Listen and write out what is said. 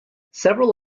several